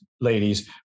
ladies